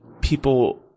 people